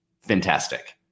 Fantastic